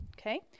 okay